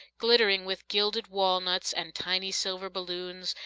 glittering with gilded walnuts and tiny silver balloons,